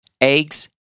eggs